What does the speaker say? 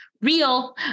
real